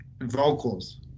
vocals